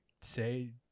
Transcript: say